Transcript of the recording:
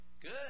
Good